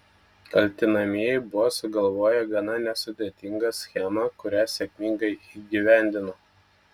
kaltinamieji buvo sugalvoję gana nesudėtingą schemą kurią sėkmingai įgyvendino